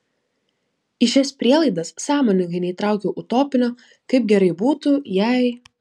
į šias prielaidas sąmoningai neįtraukiau utopinio kaip gerai būtų jei